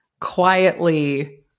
quietly